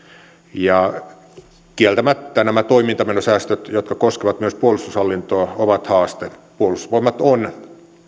ja kieltämättä nämä toimintamenosäästöt jotka koskevat myös puolustushallintoa ovat haaste puolustusvoimat on